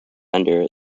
under